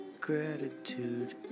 gratitude